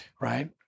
right